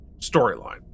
storyline